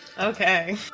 okay